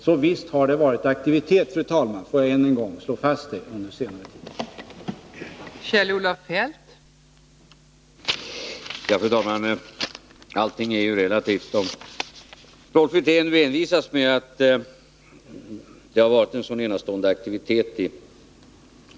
Låt mig alltså, fru talman, än en gång slå fast att det visst har förekommit aktivitet på detta område under senare tid.